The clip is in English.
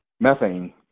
methane